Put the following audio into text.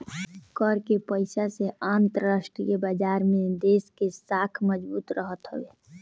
कर के पईसा से अंतरराष्ट्रीय बाजार में देस के साख मजबूत रहत हवे